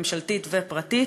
ממשלתית ופרטית.